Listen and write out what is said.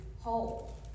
whole